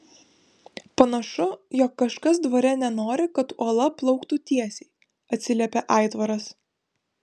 panašu jog kažkas dvare nenori kad uola plauktų tiesiai atsiliepė aitvaras